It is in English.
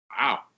Wow